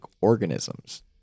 organisms